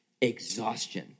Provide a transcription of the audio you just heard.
Exhaustion